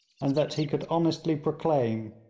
and that he could honestly proclaim,